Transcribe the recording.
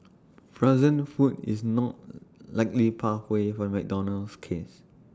frozen food is not likely pathway for McDonald's case